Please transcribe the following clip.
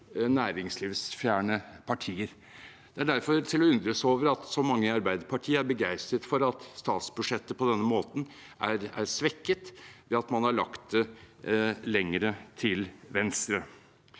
næringslivsfjerne partier. Det er derfor til å undres over at så mange i Arbeiderpartiet er begeistret for at statsbudsjettet på denne måten er svekket, ved at man har lagt det lenger til venstre.